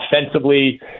offensively